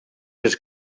his